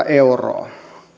euroa